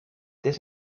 this